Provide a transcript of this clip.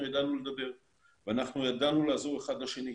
ידענו לדבר ואנחנו ידענו לעזור אחד לשני,